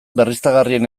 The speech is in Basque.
berriztagarrien